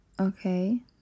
Okay